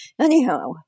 Anyhow